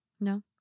no